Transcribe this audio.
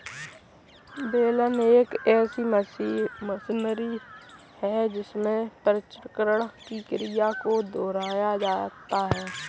बेलन एक ऐसी मशीनरी है जिसमें पुनर्चक्रण की क्रिया को दोहराया जाता है